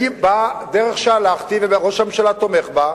בדרך שהלכתי, וראש הממשלה תומך בה,